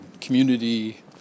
community